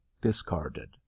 discarded